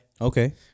Okay